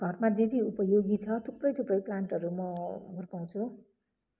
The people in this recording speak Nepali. घरमा जे जे उपयोगी छ थुप्रै थुप्रै प्लान्टहरू म हुर्काउँछु